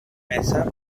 mesa